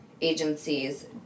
agencies